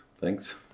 thanks